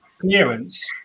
clearance